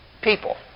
people